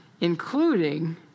including